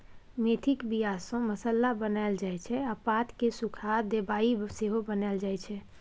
मेथीक बीया सँ मसल्ला बनाएल जाइ छै आ पात केँ सुखा दबाइ सेहो बनाएल जाइ छै